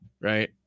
right